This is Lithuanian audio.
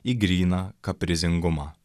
į gryną kaprizingumą